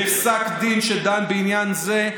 בפסק הדין שדן בעניין זה,